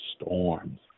storms